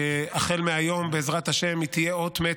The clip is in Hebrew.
שהחל מהיום, בעזרת השם, היא תהיה אות מתה,